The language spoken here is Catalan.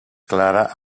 clara